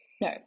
no